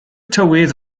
tywydd